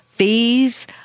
Fees